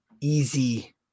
easy